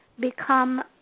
become